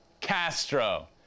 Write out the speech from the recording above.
Castro